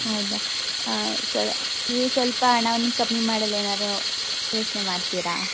ಹೌದಾ ಸರ್ ನೀವು ಸ್ವಲ್ಪ ಹಣವನ್ ಕಮ್ಮಿ ಮಾಡಲು ಏನಾದ್ರು ಯೋಚನೆ ಮಾಡ್ತೀರಾ